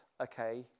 okay